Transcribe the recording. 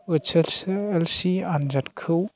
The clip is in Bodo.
एइच एस एल सि आनजादखौ